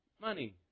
money